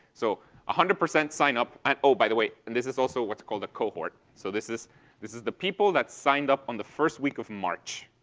so one hundred percent sign up. and, oh, by the way, and this is also what's called a cohort. so this is this is the people that signed up on the first week of march.